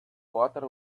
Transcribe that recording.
water